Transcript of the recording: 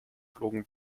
flogen